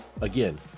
Again